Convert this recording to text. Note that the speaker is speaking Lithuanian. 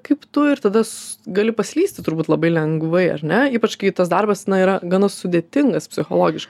kaip tu ir tada sss gali paslysti turbūt labai lengvai ar ne ypač kai tas darbas yra gana sudėtingas psichologiškai